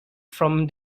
from